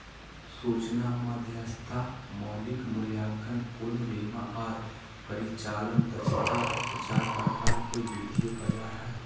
सूचना मध्यस्थता, मौलिक मूल्यांकन, पूर्ण बीमा आर परिचालन दक्षता चार प्रकार के वित्तीय बाजार हय